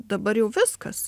dabar jau viskas